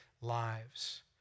lives